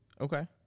Okay